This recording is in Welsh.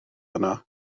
yna